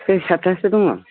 सय सादथासो दङ